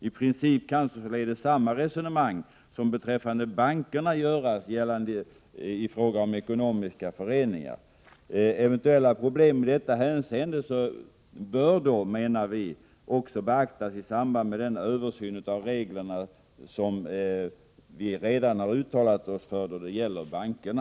I princip kan således samma resonemang som beträffande bankerna göras gällande i fråga om ekonomiska föreningar. Eventuella problem i detta hänseende bör enligt vår mening kunna beaktas i samband med den översyn av reglerna som vi redan tidigare har uttalat oss för då det gäller bankerna.